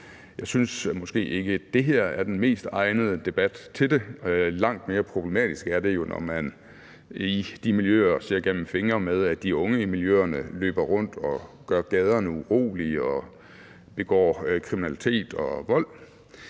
Jeg synes måske ikke, at det her er den mest egnede debat til det. Langt mere problematisk er det jo, når man i de miljøer ser gennem fingre med, at de unge i miljøerne løber rundt og gør gaderne urolige og begår kriminalitet og vold.